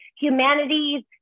humanities